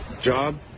Job